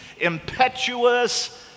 impetuous